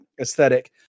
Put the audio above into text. aesthetic